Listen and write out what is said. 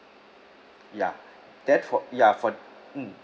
ya then for ya for mm